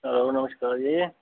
नमस्कार जी